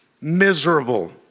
Miserable